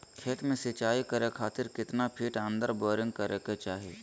खेत में सिंचाई करे खातिर कितना फिट अंदर बोरिंग करे के चाही?